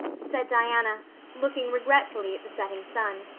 said diana looking regretfully at the setting sun.